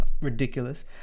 ridiculous